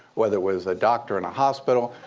whether it was a doctor in a hospital,